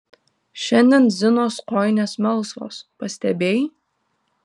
šiandien zinos kojinės melsvos pastebėjai